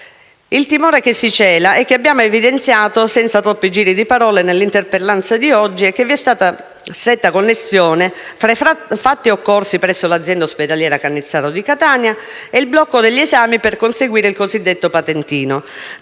Il timore che si cela e che abbiamo evidenziato senza troppi giri di parole nell'interpellanza di oggi è che vi sia una stretta connessione fra i fatti occorsi presso l'azienda ospedaliera Cannizzaro di Catania e il blocco degli esami per conseguire il cosiddetto patentino,